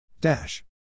Dash